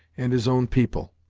and his own people,